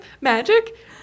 magic